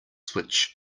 switch